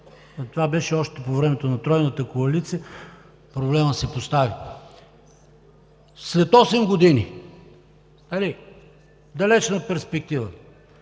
Това беше още по времето на Тройната коалиция, проблемът се постави. След осем години – далечна перспектива,